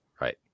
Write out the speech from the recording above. Right